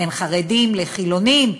בין חרדים לחילונים,